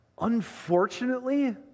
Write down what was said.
Unfortunately